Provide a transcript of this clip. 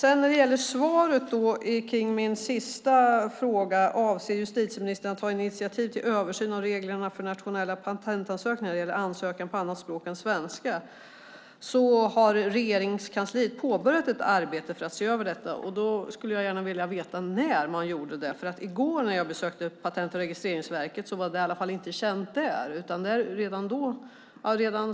Enligt svaret på min sista fråga, "avser justitieministern att ta initiativ till en översyn av reglerna för nationella patentansökningar när det gäller ansökan på annat språk än svenska?" har Regeringskansliet påbörjat ett arbete för att se över detta. Då skulle jag gärna vilja veta när man gjorde det, för i går när jag besökte Patent och registreringsverket var det i alla fall inte känt där.